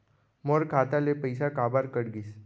मोर खाता ले पइसा काबर कट गिस?